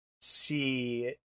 see